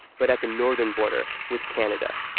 but at the northern border with canada.